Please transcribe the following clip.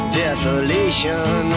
desolation